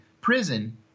prison